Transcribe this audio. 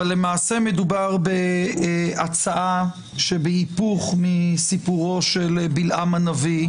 אבל למעשה מדובר בהצעה שבהיפוך מסיפורו של בלעם הנביא,